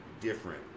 different